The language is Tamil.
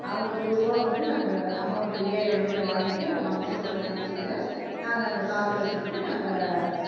அவங்க த்ரூவாக வந்து நாங்கள் அமௌன்ட் இயர் எண்டில் வாங்கிகிட்டு அந்த ஃபங்ஷன் வர சமயத்தில் நாங்கள் அந்த காசை வச்சுக்கிட்டு நாங்கள்